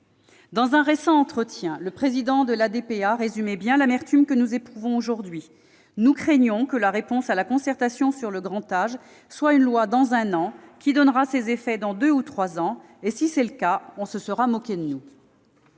au service des personnes âgées, l'AD-PA, résume bien l'amertume que nous éprouvons aujourd'hui :« Nous craignons que la réponse à la concertation sur le grand âge ne soit une loi dans un an, qui donnera ses effets dans deux ou trois ans. Si c'est le cas, on se sera moqué de nous